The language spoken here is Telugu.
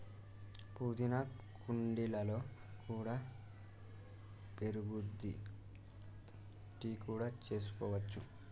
పుదీనా కుండీలలో కూడా పెరుగుద్ది, టీ కూడా చేసుకోవచ్చు